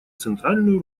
центральную